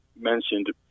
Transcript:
mentioned